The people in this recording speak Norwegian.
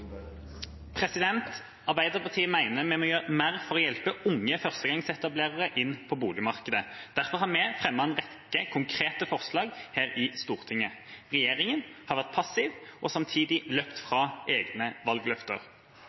Arbeiderpartiet mener at vi må gjøre mer for å hjelpe unge førstegangsetablerere inn på boligmarkedet. Derfor har vi fremmet en rekke konkrete forslag her i Stortinget. Regjeringa har vært passiv og samtidig løpt fra egne valgløfter.